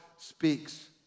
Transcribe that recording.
speaks